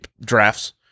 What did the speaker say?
drafts